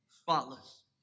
Spotless